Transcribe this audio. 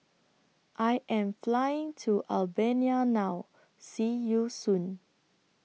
I Am Flying to Albania now See YOU Soon